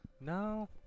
No